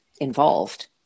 involved